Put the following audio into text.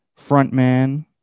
frontman